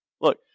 Look